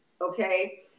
Okay